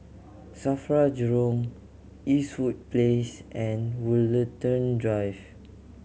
SAFRA Jurong Eastwood Place and Woollerton Drive